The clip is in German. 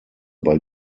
bei